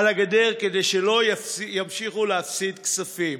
כדי שלא ימשיכו להפסיד כספים.